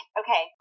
okay